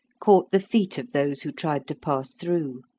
caught the feet of those who tried to pass through.